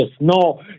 No